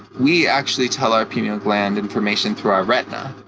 we actually tell our penial gland information through our retina.